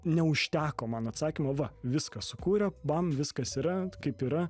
neužteko man atsakymo va viską sukūrė bam viskas yra kaip yra